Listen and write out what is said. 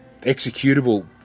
executable